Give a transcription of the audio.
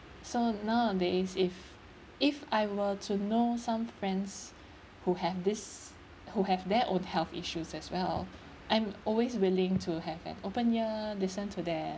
so nowadays if if I were to know some friends who have this who have their own health issues as well I'm always willing to have an open ear listen to them